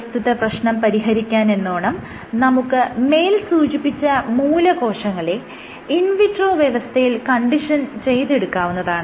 പ്രസ്തുത പ്രശ്നം പരിഹരിക്കാനെന്നോണം നമുക്ക് മേൽ സൂചിപ്പിച്ച മൂലകോശങ്ങളെ ഇൻ വിട്രോ വ്യവസ്ഥയിൽ കണ്ടീഷൻ ചെയ്തെടുക്കാവുന്നതാണ്